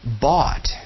bought